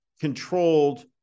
controlled